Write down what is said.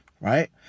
right